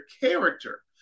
character